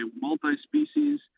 Multi-species